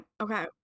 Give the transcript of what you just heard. okay